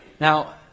Now